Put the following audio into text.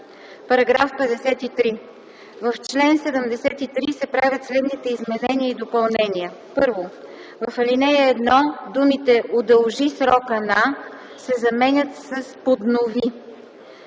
„§ 53. В чл. 73 се правят следните изменения и допълнения: 1. В ал. 1 думите „удължи срока на” се заменят с „поднови”.